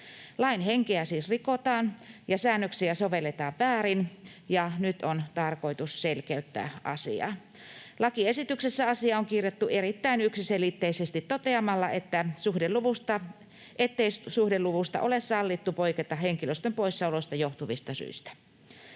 Lain henkeä siis rikotaan ja säännöksiä sovelletaan väärin, ja nyt on tarkoitus selkeyttää asiaa. Lakiesityksessä asia on kirjattu erittäin yksiselitteisesti toteamalla, ettei suhdeluvusta ole sallittua poiketa henkilöstön poissaolosta johtuvista syistä.